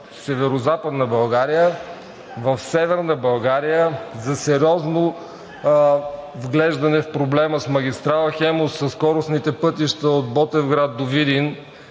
Северозападна България, в Северна България, за сериозно вглеждане в проблема с магистрала „Хемус“, със скоростните пътища от Ботевград до Видин